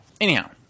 anyhow